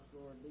Lord